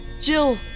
Jill